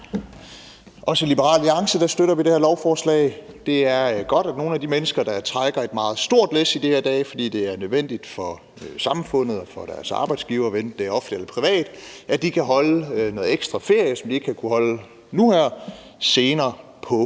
Også i Liberal Alliance støtter vi det her lovforslag. Det er godt, at nogle af de mennesker, der trækker et meget stort læs i de her dage, fordi det er nødvendigt for samfundet og for deres arbejdsgivere, hvad enten det er offentligt eller privat, kan holde noget ekstra ferie, som de ikke har kunnet holde nu her, senere på